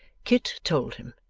kit told him,